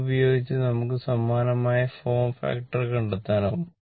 ഇത് ഉപയോഗിച്ച് നമുക്ക് സമാനമായ ഫോം ഫാക്ടർ കണ്ടെത്താനാകും